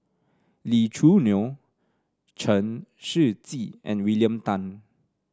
Lee Choo Neo Chen Shiji and William Tan